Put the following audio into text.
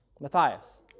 Matthias